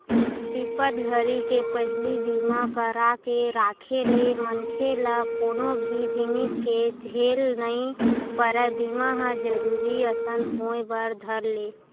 बिपत घरी के पहिली बीमा करा के राखे ले मनखे ल कोनो भी जिनिस के झेल नइ परय बीमा ह जरुरी असन होय बर धर ले